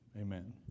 Amen